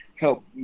help